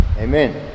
Amen